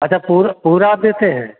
अच्छा पूरा आप देते हैं